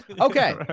Okay